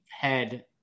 head